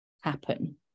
happen